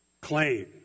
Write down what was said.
claim